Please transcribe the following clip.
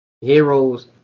heroes